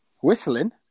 Whistling